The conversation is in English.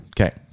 Okay